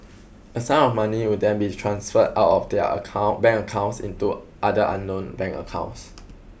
a sum of money would then be transferred out of their account bank accounts into other unknown bank accounts